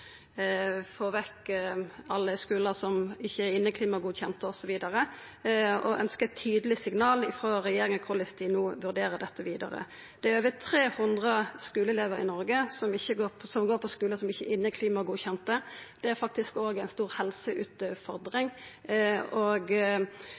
vekk alle skular som ikkje er inneklimagodkjende osv. Ein ønskjer tydelege signal frå regjeringa om korleis dei no vurderer dette vidare. Det er over 300 skuleelevar i Noreg som går på skular som ikkje er inneklimagodkjende. Det er faktisk òg ei stor